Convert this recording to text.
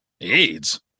AIDS